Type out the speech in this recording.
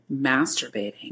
masturbating